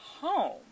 home